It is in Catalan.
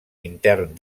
intern